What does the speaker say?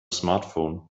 smartphone